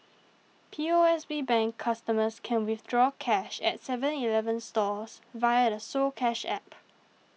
P O S B Bank customers can withdraw cash at Seven Eleven stores via the soCash app